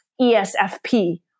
ESFP